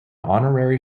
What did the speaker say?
honorary